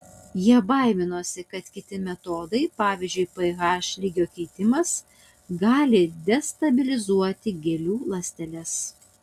jie baiminosi kad kiti metodai pavyzdžiui ph lygio keitimas gali destabilizuoti gėlių ląsteles